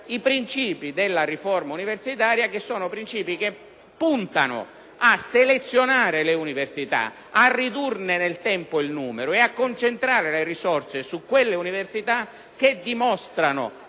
i princìpi della riforma universitaria, che puntano a selezionare le università, a ridurne nel tempo il numero e a concentrare le risorse su quelle che dimostrino